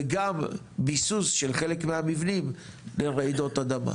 וגם ביסוס של חלק מהמבנים לרעידות אדמה.